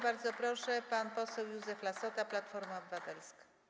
Bardzo proszę, pan poseł Józef Lassota, Platforma Obywatelska.